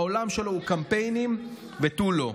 העולם שלו הוא קמפיינים ותו לא.